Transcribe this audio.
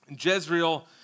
Jezreel